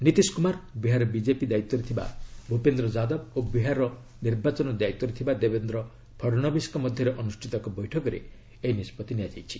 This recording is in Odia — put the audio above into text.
ନୀତିଶ କୁମାର ବିହାର ବିଜେପି ଦାୟିତ୍ୱରେ ଥିବା ଭୁପେନ୍ଦ୍ର ଯାଦବ ଓ ବିହାର ନିର୍ବାଚନ ଦାୟିତ୍ୱରେ ଥିବା ଦେବେନ୍ଦ୍ର ଫଡ଼ଣବୀଶଙ୍କ ମଧ୍ୟରେ ଅନୁଷ୍ଠିତ ଏକ ବୈଠକରେ ଏହି ନିଷ୍ପତ୍ତି ନିଆଯାଇଛି